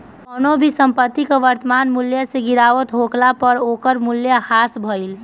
कवनो भी संपत्ति के वर्तमान मूल्य से गिरावट होखला पअ ओकर मूल्य ह्रास भइल